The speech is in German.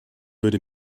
würde